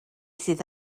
sydd